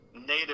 native